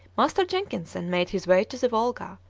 master jenkinson made his way to the volga,